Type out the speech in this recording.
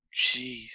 Jeez